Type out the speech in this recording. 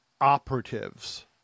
operatives